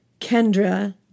Kendra